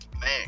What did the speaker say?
man